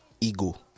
ego